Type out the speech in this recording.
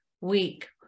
week